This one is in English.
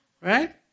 Right